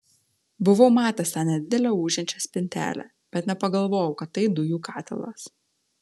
buvau matęs tą nedidelę ūžiančią spintelę bet nepagalvojau kad tai dujų katilas